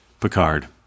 Picard